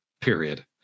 period